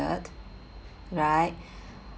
right